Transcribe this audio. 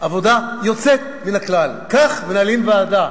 עבודה יוצאת מן הכלל, כך מנהלים ועדה,